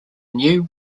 new